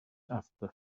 after